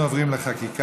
אנחנו עוברים לחקיקה.